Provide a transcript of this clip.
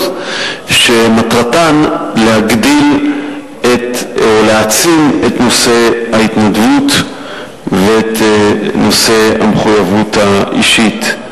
שמטרתן להגדיל או להעצים את נושא ההתנדבות ואת נושא המחויבות האישית.